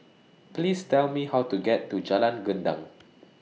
Please Tell Me How to get to Jalan Gendang